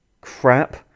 crap